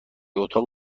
اتاق